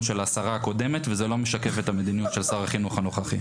של השרה הקודמת וזה לא משקף את המדיניות של שר החינוך הנוכחי.